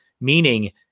meaning –